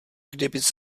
kdybys